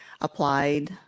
applied